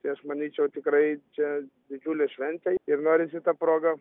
tai aš manyčiau tikrai čia didžiulė šventė ir norisi ta proga